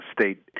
state